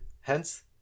hence